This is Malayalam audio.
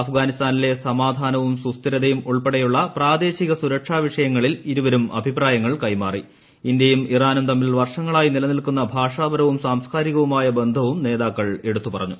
അഫ്ഗാനിസ്ഥിട്ട്നിലെ സമാധാനവും സുസ്ഥിരതയും ഉൾപ്പെടെയുള്ള പ്രാദ്ധേശിക് സുരക്ഷാ വിഷയങ്ങളിൽ ഇരുവരും അഭിപ്രായങ്ങൾ കൈമാറി ് ഇന്ത്യയും ഇറാനും തമ്മിൽ വർഷങ്ങളായി നിലനിൽക്കുന്ന ഭൂഷാപര്വും സാംസ്കാരികവുമായ ബന്ധവും നേതാക്കൾ എടുത്തു പ്പറ്ഞു